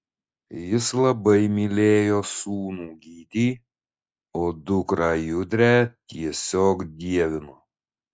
jis labai mylėjo sūnų gytį o dukrą judrę tiesiog dievino